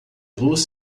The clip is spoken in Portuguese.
luz